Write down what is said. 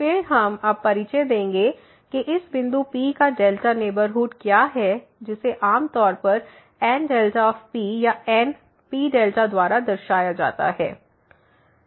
फिर हम अब परिचय देंगे कि इस बिंदु P का डेल्टा नेबरहुड क्या है जिसे आमतौर पर NP या NPδ द्वारा दर्शाया जाता है